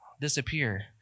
disappear